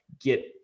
get